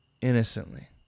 innocently